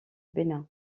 bénin